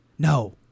no